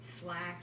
slack